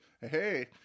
Hey